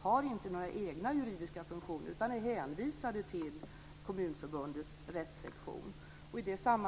som saknar egna juridiska funktioner och som är hänvisade till Kommunförbundets rättssektion.